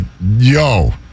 yo